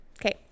Okay